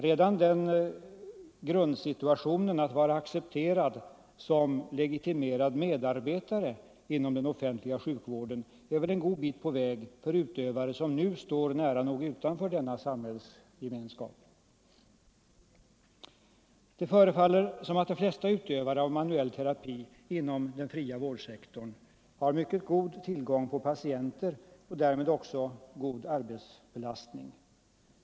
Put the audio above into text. Redan situationen att vara accepterad som legitimerad medarbetare inom den offentliga sjukvården är väl en god bit på väg för utövare som nu står nära nog utanför den samhällsgemenskapen. Det förefaller som att de flesta utövare av manuell terapi inom ”den fria vårdsektorn” har mycket god tillgång på patienter och därmed också god arbetsbelastning.